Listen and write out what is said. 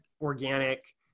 organic